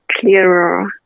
clearer